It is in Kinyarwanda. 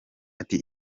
ati